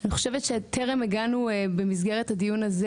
אני חושבת שטרם הגענו במסגרת הדיון הזה